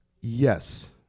Yes